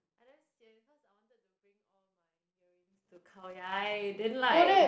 I damn sian cause I wanted to bring all my earrings to Khao-Yai then like